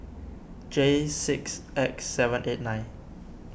J six X seven eight nine